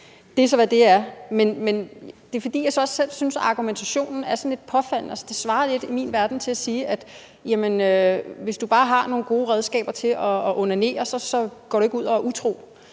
Det er så, hvad det er. Men jeg synes, argumentationen er lidt påfaldende – altså, det svarer i min verden lidt til at sige: Jamen hvis du bare har nogle gode redskaber til at onanere, går du ikke ud og er utro.